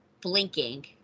blinking